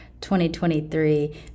2023